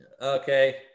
okay